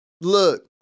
look